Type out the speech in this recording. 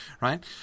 right